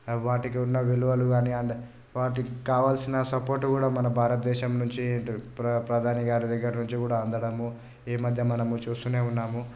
వాటికి ఉన్న విలువలు కాని అండ్ వాటికి కావాల్సిన సపోర్టు కూడా మన భారతదేశం నుంచి ఇటు ప్ర ప్రధానిగారి దగ్గర నుంచి కూడా అందడము ఈమధ్య మనము చూస్తూనే ఉన్నాము